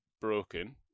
broken